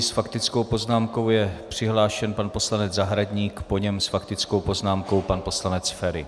S faktickou poznámkou je přihlášen pan poslanec Zahradník, po něm s faktickou poznámkou pan poslanec Feri.